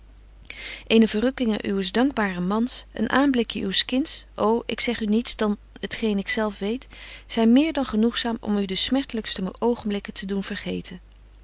verrukkinge uwes dankbaren mans een aanblikje uws kinds ô ik zeg u niets dan t geen ik zelf weet zyn meer dan genoegzaam om u de smertelykste oogenblikken te doen vergeten